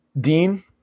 Dean